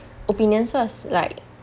opinions so it's like